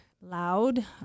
loud